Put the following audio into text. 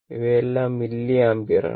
ഇവയെല്ലാം മില്ലിയാംപിയർ ആണ്